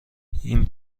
این